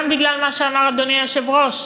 גם בגלל מה שאמר אדוני היושב-ראש,